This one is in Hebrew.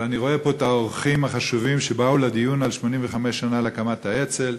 אבל אני רואה פה את האורחים החשובים שבאו לדיון על 85 שנה להקמת האצ"ל.